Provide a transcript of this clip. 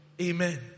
Amen